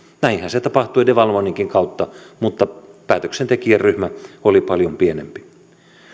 näinhän se tapahtui devalvoinninkin kautta mutta päätöksentekijäryhmä oli paljon pienempi